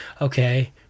okay